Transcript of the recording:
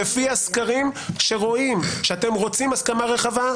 כי למרות שהסקרים מראים שאתם רוצים הסכמה רחבה,